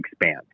expand